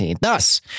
Thus